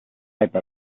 type